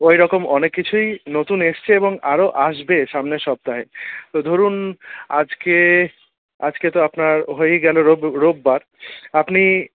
ওইরকম অনেক কিছুই নতুন এসছে এবং আরও আসবে সামনে সপ্তাহে ধরুন আজকে আজকে তো আপনার হয়েই গেল রবি রোববার আপনি